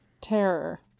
terror